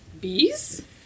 Bees